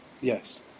Yes